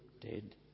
dead